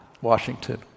Washington